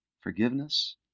forgiveness